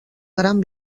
gran